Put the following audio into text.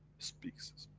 speaks